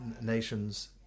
nations